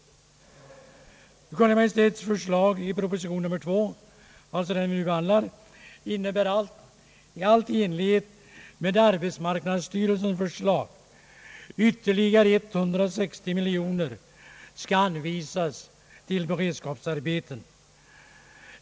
Kungl. Maj:ts förslag i proposition nr 2 — alltså den som nu behandlas — innebär i enlighet med arbetsmarknadsstyrelsens förslag att ytterligare 160 miljoner kronor skall anvisas till beredskapsarbeten.